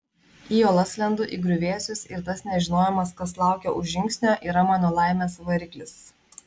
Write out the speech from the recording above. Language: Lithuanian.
į uolas lendu į griuvėsius ir tas nežinojimas kas laukia už žingsnio yra mano laimės variklis